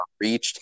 reached